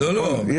לא, לא.